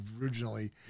originally